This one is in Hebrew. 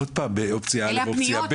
עוד פעם, באופציה א', אופציה ב'.